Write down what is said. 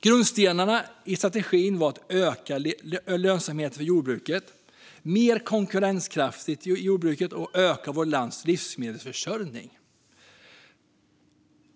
Grundstenarna i strategin var att öka lönsamheten för jordbruket, att göra jordbruket mer konkurrenskraftigt och att öka vårt lands livsmedelsförsörjning.